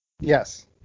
Yes